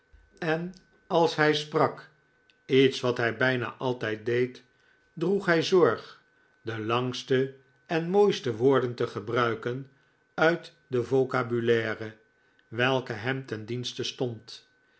en als hij sprak iets wat hij bijna altijd deed droeg hij zorg de langste en mooiste woorden te gebruiken uit de vocabulaire welke hem ten dienste stond